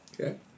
Okay